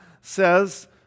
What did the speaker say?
says